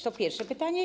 To pierwsze pytanie.